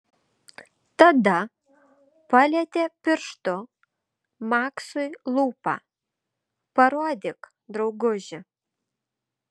tada palietė pirštu maksui lūpą parodyk drauguži